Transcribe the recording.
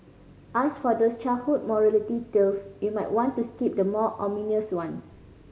as for those childhood morality tales you might want to skip the more ominous one